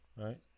right